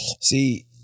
See